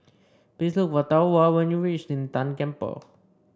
please look for Thorwald when you reach Lin Tan Temple